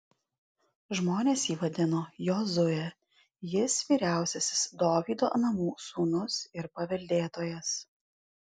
žmonės jį vadino jozue jis vyriausiasis dovydo namų sūnus ir paveldėtojas